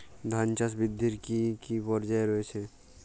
ধান চাষ বৃদ্ধির কী কী পর্যায় রয়েছে?